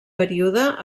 període